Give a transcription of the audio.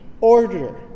order